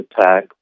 attack